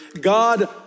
God